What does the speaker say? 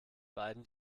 beiden